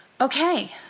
Okay